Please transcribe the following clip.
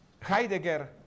Heidegger